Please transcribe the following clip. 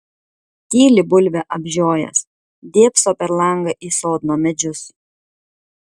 tyli bulvę apžiojęs dėbso per langą į sodno medžius